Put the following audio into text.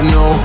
no